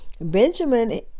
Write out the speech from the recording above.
benjamin